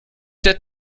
der